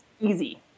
easy